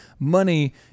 money